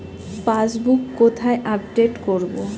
Passbook কোথায় update করব?